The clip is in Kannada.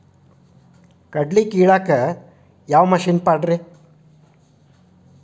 ಕಡ್ಲಿ ಕೇಳಾಕ ಯಾವ ಮಿಷನ್ ಪಾಡ್ರಿ?